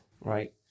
Right